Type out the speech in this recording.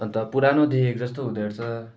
अन्त पुरानो देखेको जस्तो हुँदो रहेछ